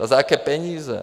A za jaké peníze?